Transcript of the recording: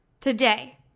today